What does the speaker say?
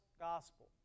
gospel